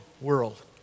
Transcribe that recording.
world